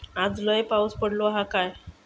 आज लय पाऊस पडतलो हा काय?